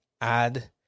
add